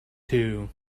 too